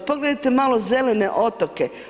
Pogledajte malo zelene otoke.